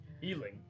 Healing